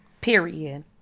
Period